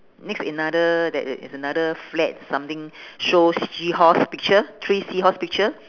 next another that i~ is another flag something shows seahorse picture three seahorse picture